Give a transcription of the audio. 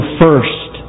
first